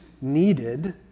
needed